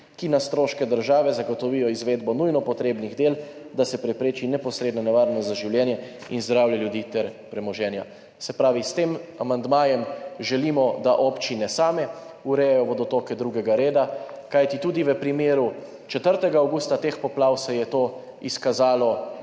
ki na stroške države zagotovijo izvedbo nujno potrebnih del, da se prepreči neposredna nevarnost za življenje in zdravje ljudi ter premoženja.« Se pravi, s tem amandmajem želimo, da občine same urejajo vodotoke 2. reda. Kajti tudi v primeru 4. avgusta, teh poplav, se je to izkazalo